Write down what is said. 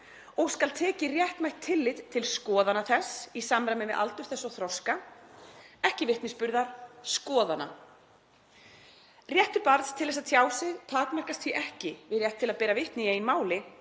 og skal tekið réttmætt tillit til skoðana þess í samræmi við aldur þess og þroska — ekki vitnisburðar: skoðana. Réttur barns til að tjá sig takmarkast því ekki við rétt til að bera vitni í eigin máli